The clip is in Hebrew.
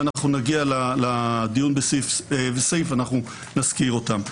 וכשנגיע לדיון בסעיף סעיף נזכיר אותם.